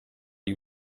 you